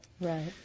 Right